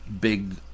big